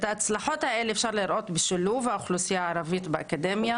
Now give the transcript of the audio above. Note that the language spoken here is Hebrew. את ההצלחות האלה אפשר לראות בשילוב האוכלוסייה הערבית באקדמיה